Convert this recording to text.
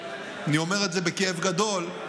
אני אומר את זה בכאב גדול,